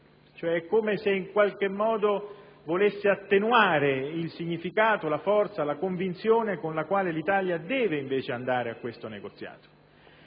cioè come se quell'inciso volesse attenuare il significato, la forza, la convinzione con cui l'Italia deve invece andare a quel negoziato.